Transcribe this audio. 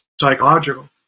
psychological